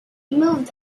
moved